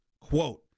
Quote